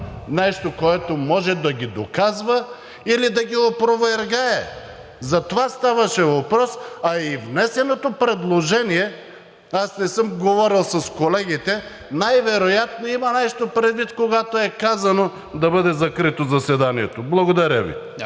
нещо, което може да ги доказва, или да ги опровергае. За това ставаше въпрос, а и внесеното предложение – аз не съм говорил с колегите, а най-вероятно се има нещо предвид, когато е казано да бъде закрито заседанието. Благодаря Ви.